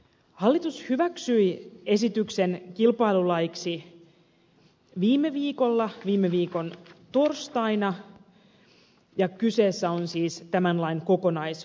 hallitus hyväksyi esityksen kilpailulaiksi viime viikon torstaina ja kyseessä on siis tämän lain kokonaisuudistus